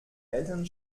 eltern